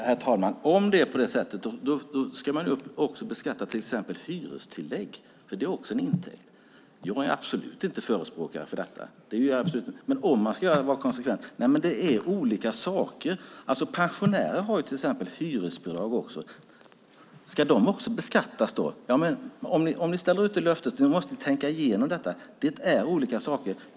Herr talman! Om det är på det sättet ska man även beskatta exempelvis hyrestillägg. Också det är en intäkt. Jag är absolut inte någon förespråkare för det, men om man ska vara konsekvent kanske man ska göra det. Det är fråga om olika saker. Pensionärer har till exempel hyresbidrag. Ska de beskattas? Om ni ställer ut det löftet, Helena Leander, måste ni tänka igenom det ordentligt. Det är fråga om olika saker.